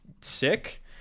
sick